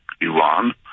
Iran